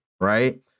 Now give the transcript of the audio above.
right